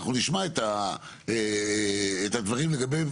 אנחנו נשמע את הדברים לגביהם,